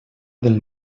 del